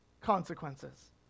consequences